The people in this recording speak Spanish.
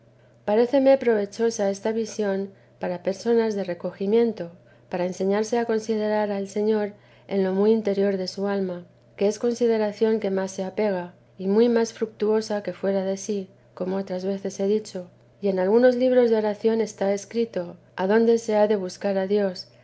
paréceme provechosa esta visión para personas de recogimiento para enseñarse a considerar al señor en lo muy interior de su alma que es consideración que más se apega y muy más fructuosa que fuera de sí como otras veces he dicho y en algunos libros de oración está escrito adonde se ha de buscar a dios